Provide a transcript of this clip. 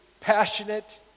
passionate